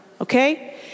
okay